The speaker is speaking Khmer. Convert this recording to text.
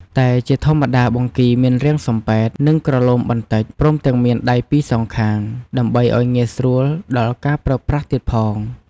តែជាធម្មតាបង្គីមានរាងសំពែត និងក្រឡូមបន្តិច ព្រមទាំងមានដៃពីរសងខាង ដើម្បីឲ្យងាយស្រួលដល់ការប្រើប្រាស់ទៀតផង។